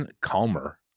Calmer